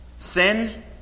Send